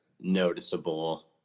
noticeable